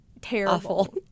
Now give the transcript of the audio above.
terrible